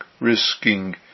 Risking